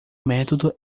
método